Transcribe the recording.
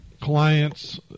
clients –